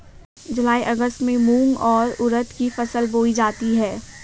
जूलाई अगस्त में मूंग और उर्द की फसल बोई जाती है